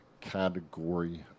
category